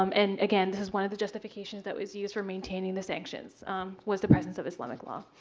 um and again, this is one of the justifications that was used for maintaining the sanctions was the presence of islamic law.